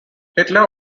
hitler